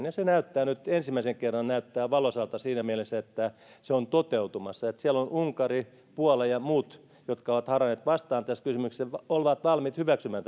ja se näyttää nyt ensimmäisen kerran valoisalta siinä mielessä että se on toteutumassa siellä unkari puola ja muut jotka ovat haranneet vastaan tässä kysymyksessä ovat valmiit hyväksymään